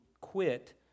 quit